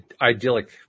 idyllic